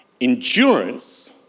endurance